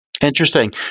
Interesting